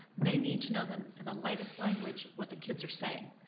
they need to know the the latest language what the kids are saying.